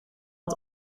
het